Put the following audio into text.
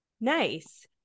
Nice